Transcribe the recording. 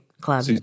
club